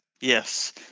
Yes